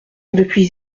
depuis